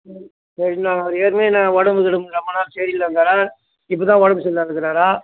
சரி ஏற்கனவே நான் உடம்பு கிடம்பு ரொம்ப நாள் சரி இல்லாதால் இப்போ தான் உடம்பு சரி இல்லாது இருக்கிறாரா